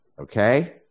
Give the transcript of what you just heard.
Okay